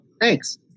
thanks